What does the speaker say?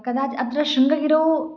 कदा अत्र शृङ्गगिरौ